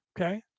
Okay